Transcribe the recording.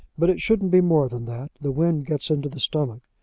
but it shouldn't be more than that. the wind gets into the stomach.